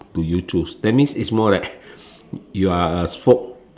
do you choose that means it's more like you are a spoke